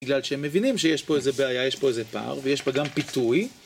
בגלל שהם מבינים שיש פה איזה בעיה, יש פה איזה פער ויש פה גם פיתוי.